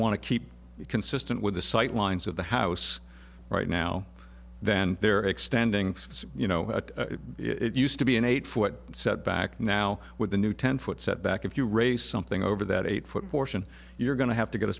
want to keep it consistent with the sight lines of the house right now then they're extending you know what it used to be an eight foot setback now with a new ten foot setback if you raise something over that eight foot portion you're going to have to get a